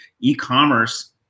e-commerce